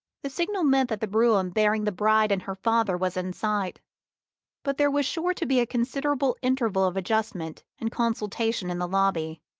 the signal meant that the brougham bearing the bride and her father was in sight but there was sure to be a considerable interval of adjustment and consultation in the lobby,